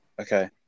okay